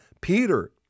Peter